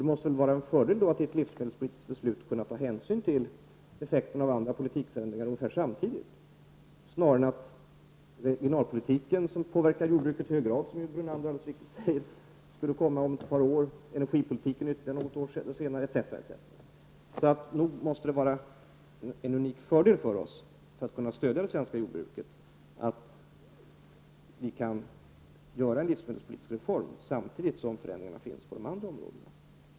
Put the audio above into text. Det måste väl då vara en fördel att i ett livsmedelspolitiskt beslut kunna ta hänsyn till effekten av andra politikförändringar ungefär samtidigt, snarare än att regionalpolitiken — som påverkar jordbruket i hög grad, såsom Lennart Brunander alldeles riktigt säger — skulle komma om ett par år, energipolitiken ytterligare något år senare, etc. Det måste alltså vara en unik fördel för oss, när det gäller att kunna stödja det svenska jordbruket, att vi kan göra en livsmedelspolitisk reform samtidigt som förändringarna sker på de andra områdena.